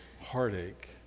heartache